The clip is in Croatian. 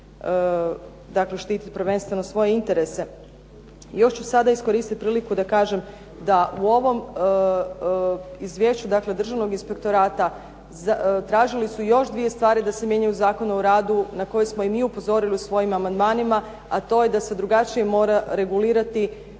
dakle štitit prvenstveno svoje interese. Još ću sada iskoristit priliku da kažem da u ovom izvješću dakle državnog inspektorata tražili su još dvije stvari da se mijenja u Zakonu o radu na koje smo i mi upozorili u svojim amandmanima, a to je da se drugačije mora regulirati